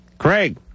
Craig